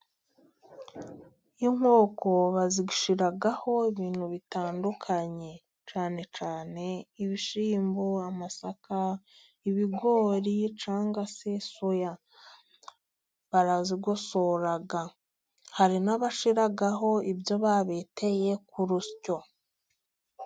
Inkoko bazishyiraho ibintu bitandukanye cyane cyane ibishyimbo, amasaka, ibigori canga se soya, barabigosora. Hari n'abashyiraho ibyo babeteye ku rusyo.